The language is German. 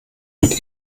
mit